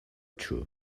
true